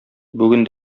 бүген